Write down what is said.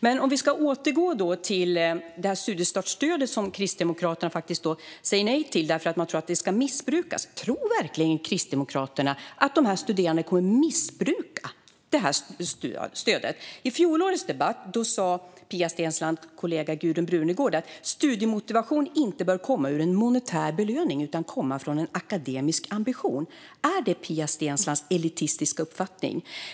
Låt oss återgå till studiestartsstödet, som Kristdemokraterna faktiskt säger nej till därför att man tror att det ska missbrukas. Tror verkligen Kristdemokraterna att studenterna kommer att missbruka stödet? I fjolårets debatt sa Pia Steenslands kollega Gudrun Brunegård att studiemotivation inte bör komma ur en monetär belöning utan komma från en akademisk ambition. Är det Pia Steenslands elitistiska uppfattning?